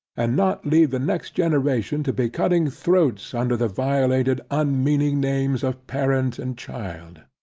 and not leave the next generation to be cutting throats, under the violated unmeaning names of parent and child.